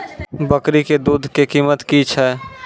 बकरी के दूध के कीमत की छै?